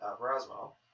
Roswell